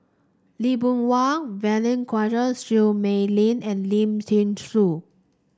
Lee Boon Wang Vivien Quahe Seah Mei Lin and Lim Thean Soo